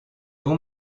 bon